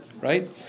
Right